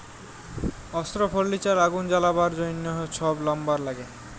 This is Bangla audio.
অস্ত্র, ফার্লিচার, আগুল জ্বালাবার জ্যনহ ছব লাম্বার ল্যাগে